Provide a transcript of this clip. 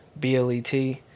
BLET